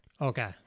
Okay